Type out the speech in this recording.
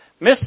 Mr